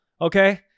Okay